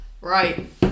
right